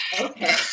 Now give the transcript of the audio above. Okay